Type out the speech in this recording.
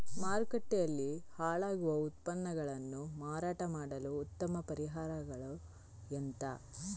ಮಾರುಕಟ್ಟೆಯಲ್ಲಿ ಹಾಳಾಗುವ ಉತ್ಪನ್ನಗಳನ್ನು ಮಾರಾಟ ಮಾಡಲು ಉತ್ತಮ ಪರಿಹಾರಗಳು ಎಂತ?